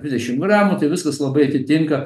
dvidešim gramų tai viskas labai atitinka